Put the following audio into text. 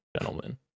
gentlemen